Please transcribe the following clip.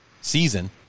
season